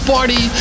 Party